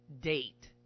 date